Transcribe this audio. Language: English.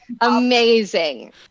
amazing